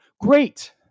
Great